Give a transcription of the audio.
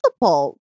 multiple